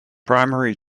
primary